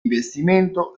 investimento